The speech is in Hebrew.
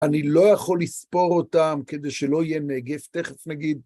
אני לא יכול לספור אותם כדי שלא יהיה נגף תכף, נגיד.